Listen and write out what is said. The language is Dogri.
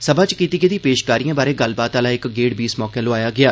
सभा च कीती गेदी पेशकारियें बारै गल्लबात आला इक गेड़ बी लोआया गेया